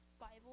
Bible